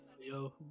Yo